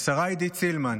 השרה עידית סילמן,